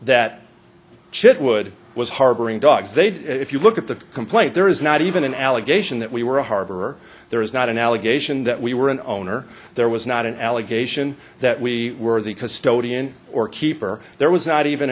that chit would was harboring dogs they'd if you look at the complaint there is not even an allegation that we were a harbor there is not an allegation that we were an owner there was not an allegation that we were the custodian or keeper there was not even